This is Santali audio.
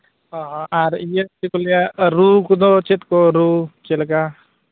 ᱚᱻ ᱦᱚᱻ ᱟᱨ ᱤᱭᱟᱹ ᱪᱮᱫ ᱠᱚ ᱞᱟᱹᱭᱟ ᱨᱩ ᱠᱚᱫᱚ ᱪᱮᱫ ᱠᱚ ᱨᱩ ᱪᱮᱫᱞᱮᱠᱟ